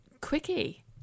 quickie